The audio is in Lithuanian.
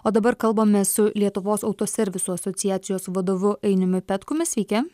o dabar kalbamės su lietuvos autoservisų asociacijos vadovu ainiumi petkumi sveiki